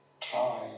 try